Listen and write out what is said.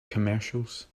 commercials